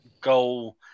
goal